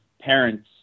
parents